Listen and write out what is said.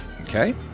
Okay